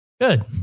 good